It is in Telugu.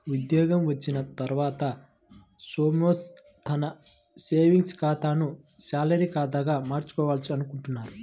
ఉద్యోగం వచ్చిన తర్వాత సోమేష్ తన సేవింగ్స్ ఖాతాను శాలరీ ఖాతాగా మార్చుకోవాలనుకుంటున్నాడు